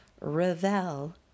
revel